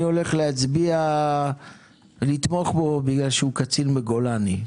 אני הולך לתמוך בו כי הוא קצין בגולני.